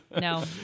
no